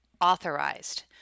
authorized